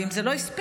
ואם זה לא הספיק,